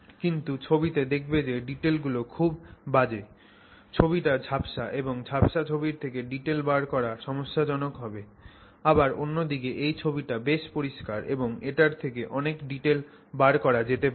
কিন্তু ছবিতে দেখবে যে ডিটেলগুলো খুব বাজে ছবিটা ঝাপসা এবং ঝাপসা ছবির থেকে ডিটেল বার করা সমস্যাজনক হবে আবার অন্য দিকে এই ছবিটা বেশ পরিস্কার এবং এটার থেকে অনেক ডিটেল বার করা যেতে পারে